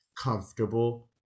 comfortable